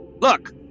look